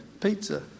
pizza